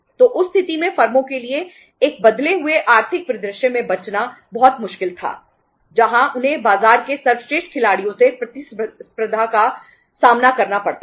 तो उस स्थिति में फर्मों के लिए एक बदले हुए आर्थिक परिदृश्य में बचना बहुत मुश्किल था जहां उन्हें बाजार के सर्वश्रेष्ठ खिलाड़ियों से प्रतिस्पर्धा का सामना करना पड़ता है